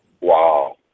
Wow